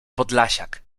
podlasiak